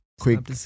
quick